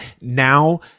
now